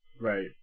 Right